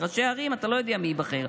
בראשי ערים אתה לא יודע מי ייבחר,